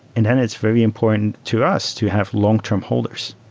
and then it's very important to us to have long term holders.